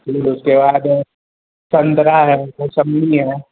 फिर उसके बाद सन्तरा है मुसम्मी है